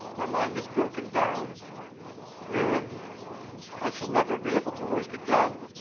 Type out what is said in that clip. my mind is broken down ruined i shall never be able to work again!